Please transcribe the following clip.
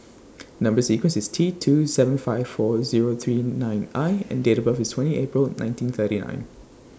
Number sequence IS T two seven five four Zero three nine I and Date of birth IS twenty April nineteen thirty nine